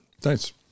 Thanks